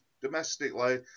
domestically